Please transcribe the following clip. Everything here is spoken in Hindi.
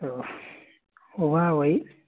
तो हुआ वो ही